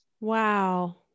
wow